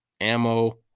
ammo